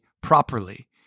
properly